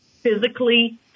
physically